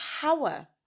power